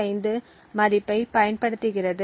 25 மதிப்பைப் பயன்படுத்துகிறது